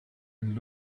and